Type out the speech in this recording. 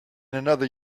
another